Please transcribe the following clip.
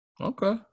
Okay